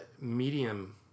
medium